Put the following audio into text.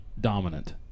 dominant